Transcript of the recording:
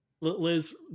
Liz